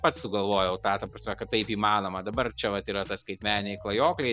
pats sugalvojau tą ta prasme kad taip įmanoma dabar čia vat yra ta skaitmeniniai klajokliai